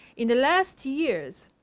in the last years,